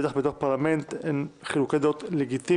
בטח בתוך פרלמנט הם חילוקי דעות לגיטימיים